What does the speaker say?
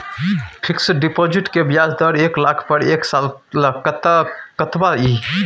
Fixed deposit के ब्याज दर एक लाख पर एक साल ल कतबा इ?